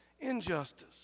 injustice